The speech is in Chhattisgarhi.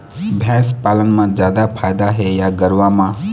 भैंस पालन म जादा फायदा हे या गरवा म?